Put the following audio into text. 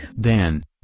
Dan